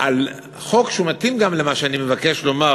על חוק שמתאים גם למה שאני מבקש לומר,